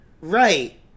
right